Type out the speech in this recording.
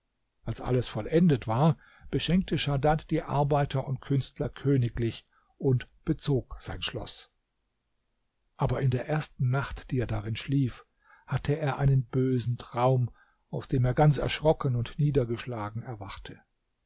als alles vollendet war beschenkte schadad die arbeiter und künstler königlich und bezog sein schloß aber in der ersten nacht die er darin schlief hatte er einen bösen traum aus dem er ganz erschrocken und niedergeschlagen erwachte